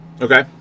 Okay